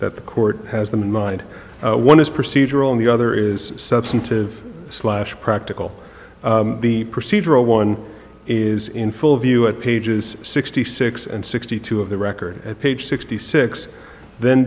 that the court has them in mind one is procedural and the other is substantive slash practical the procedural one is in full view at pages sixty six and sixty two of the record at page sixty six then